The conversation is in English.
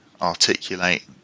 articulate